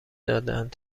دادهاند